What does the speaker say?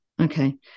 Okay